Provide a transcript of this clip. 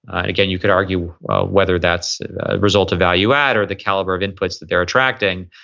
again, you could argue whether that's a result of value add or the caliber of inputs that they're attracting,